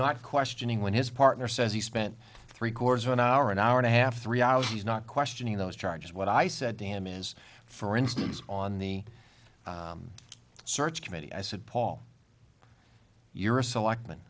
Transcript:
not questioning when his partner says he spent three quarters of an hour an hour and a half three hours he's not questioning those charges what i said damn is for instance on the search committee i said paul you're a select